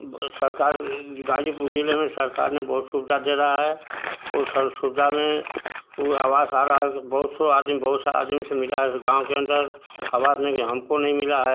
सरकार गाजीपुर ज़िले में सरकार ने बहुत सुविधा दे रहा है और सब सुविधा में उ आवास आ रहा है बहुत से आदमी बहुत सा आदमी से मिला है गाँव के अंदर आवास लेकिन हमको नहीं मिला है